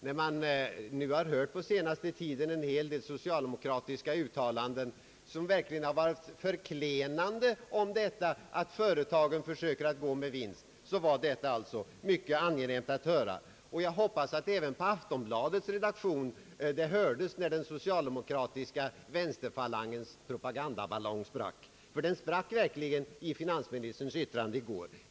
När man nu på den senaste tiden har hört en hel del förklenande socialdemokratiska uttalanden om när ett företag försöker gå med vinst, var finansministerns yttrande mycket angenämt att höra. Jag hoppas att det hördes även på Aftonbladets redaktion, när den socialdemokratiska vänsterfalangens propagandaballong sprack, ty den sprack verkligen i finansministerns yttrande i går.